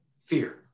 fear